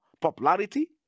popularity